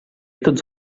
tots